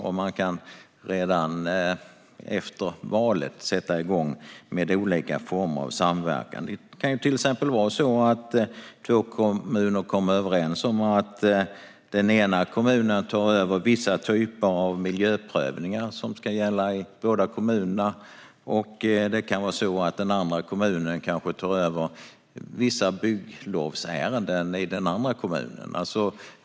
De kan redan efter valet sätta igång med olika former av samverkan. Det kan till exempel vara så att två kommuner kommer överens om att den ena kommunen tar över vissa typer av miljöprövningar som ska gälla i båda kommunerna och att den andra kommunen tar över vissa bygglovsärenden i den andra kommunen.